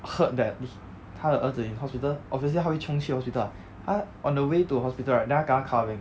heard that he 他的儿子 in hospital obviously 他会 chiong 去 hospital ah 他 on the way to hospital right then 他 kena car leng